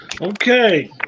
okay